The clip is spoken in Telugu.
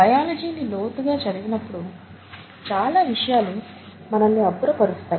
బయాలజీని లోతుగా చదివినప్పుడు చాలా విషయాలు మనల్ని అబ్బురపరుస్తాయి